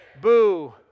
Boo